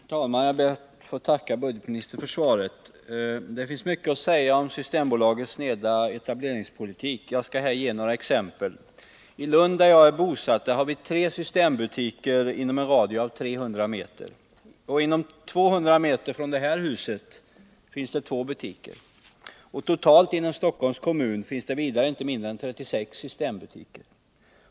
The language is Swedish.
Herr talman! Jag ber att få tacka budgetministern för svaret. Det finns mycket att säga om Systembolagets sneda etableringspolitik. Jag skall här ge några exempel. I Lund, där jag är bosatt, har vi tre systembutiker inom en radie av 300 m. Inom en radie av 200 m från detta hus finns det två butiker. Totalt inom Stockholms kommun finns det vidare inte mindre än 36 systembutiker.